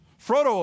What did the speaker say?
Frodo